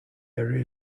area